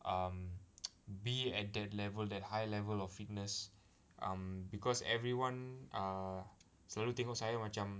um be at the level that high level of fitness um because everyone err selalu tengok saya macam